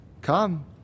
Come